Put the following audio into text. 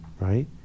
right